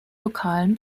lokalen